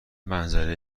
منظره